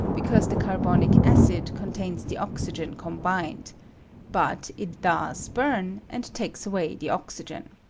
because the carbonic acid contains' the oxygen combined but it does burn, and takes away the oxygen.